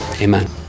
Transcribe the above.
amen